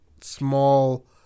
small